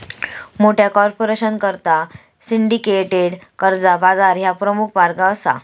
मोठ्या कॉर्पोरेशनकरता सिंडिकेटेड कर्जा बाजार ह्या प्रमुख मार्ग असा